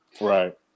right